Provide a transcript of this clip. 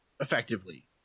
effectively